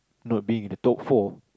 not being in the top four